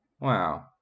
Wow